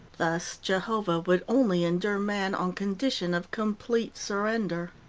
thus jehovah would only endure man on condition of complete surrender.